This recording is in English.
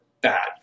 bad